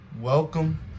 Welcome